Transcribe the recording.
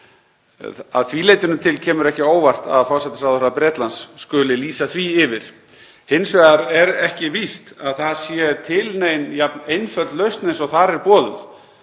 Að því leytinu til kemur ekki á óvart að forsætisráðherra Bretlands skuli lýsa því yfir. Hins vegar er ekki víst að það sé til nein jafn einföld lausn eins og þar er boðuð,